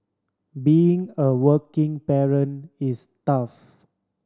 being a working parent is tough